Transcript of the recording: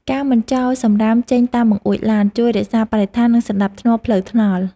ការមិនចោលសម្រាមចេញតាមបង្អួចឡាន ជួយរក្សាបរិស្ថាន និងសណ្តាប់ធ្នាប់ផ្លូវថ្នល់។